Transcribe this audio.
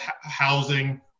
housing